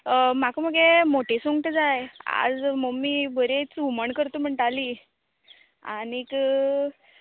म्हाका मगे मोटी सुंगटां जाय आज मम्मी बरींच हुमण करता म्हणटाली आनीक